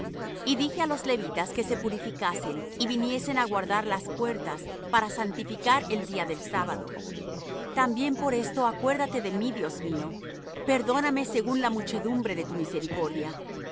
y dije á los levitas que se purificasen y viniesen á guardar las puertas para santificar el día del sábado también por esto acuérdate de mí dios mío y perdóname según la muchedumbre de tu misericordia